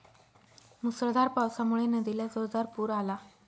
मुसळधार पावसामुळे नदीला जोरदार पूर आला